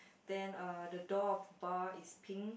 then uh the door of bar is pink